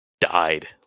died